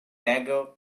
dagger